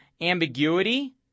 ambiguity